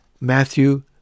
Matthew